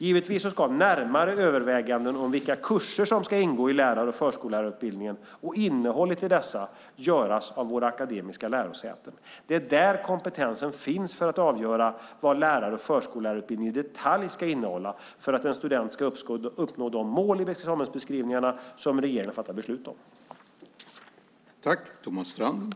Givetvis ska närmare överväganden om vilka kurser som ska ingå i lärar och förskollärarutbildningen och innehållet i dessa göras av våra akademiska lärosäten. Det är där kompetensen finns för att avgöra vad lärar och förskollärarutbildningen i detalj ska innehålla för att en student ska uppnå de mål i examensbeskrivningarna som regeringen har fattat beslut om.